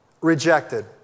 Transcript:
rejected